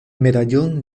medallón